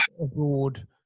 abroad